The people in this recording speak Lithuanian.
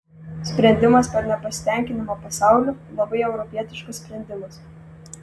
sprendimas per nepasitenkinimą pasauliu labai europietiškas sprendimas